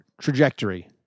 trajectory